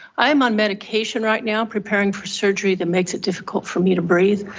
i'm on medication right now preparing for surgery that makes it difficult for me to breathe,